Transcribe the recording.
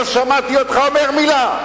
לא שמעתי אותך אומר מלה.